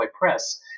Press